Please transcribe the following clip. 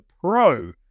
Pro